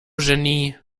genie